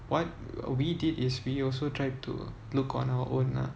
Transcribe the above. what we did is we also tried to look on our own lah